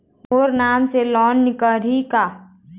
मोर नाम से लोन निकारिही का?